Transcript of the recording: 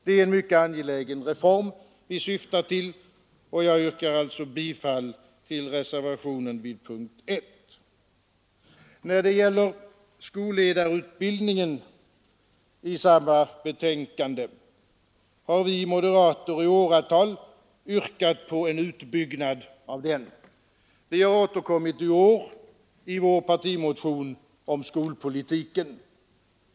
Det är en mycket angelägen reform vi syftar till, och jag yrkar alltså bifall till reservationen vid punkten 1. När det gäller skolledarutbildningen i samma betänkande har vi moderater i åratal yrkat på en utbyggnad av den. Vi har återkommit i år i vår partimotion om skolpolitiken.